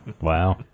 wow